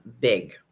big